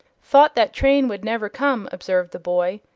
thought that train would never come, observed the boy.